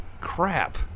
crap